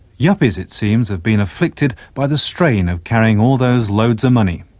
yuppies, it seems, have been afflicted by the strain of carrying all those loadsamoney.